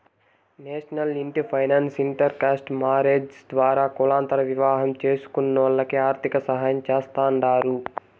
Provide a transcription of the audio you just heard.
national ఇంటి finance inter caste marriages ద్వారా కులాంతర వివాహం చేస్కునోల్లకి ఆర్థికసాయం చేస్తాండారు